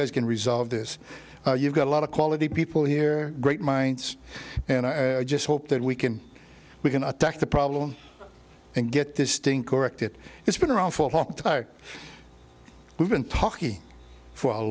guys can resolve this you've got a lot of quality people here great minds and i just hope that we can we can attack the problem and get this thing corrected it's been around for we've been talking for a